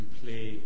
play